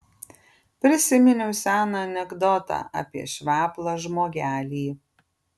prisiminiau seną anekdotą apie šveplą žmogelį